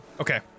Okay